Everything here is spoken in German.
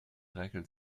räkelt